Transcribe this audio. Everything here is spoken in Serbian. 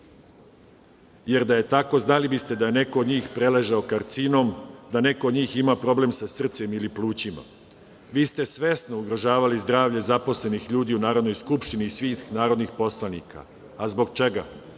jer da je tako, znali biste da je neko od njih preležao karcinom, da neko od njih ima problem sa srcem ili plućima. Vi ste svesno ugrožavali zdravlje zaposlenih ljudi u Narodnoj skupštini i svih narodnih poslanika. Zbog čega?